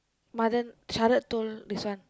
Mathan Sharath told this one